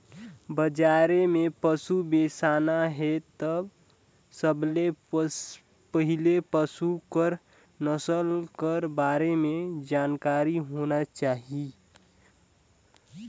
बजार में पसु बेसाना हे त सबले पहिले पसु कर नसल कर बारे में जानकारी होना चाही